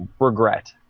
regret